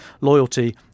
Loyalty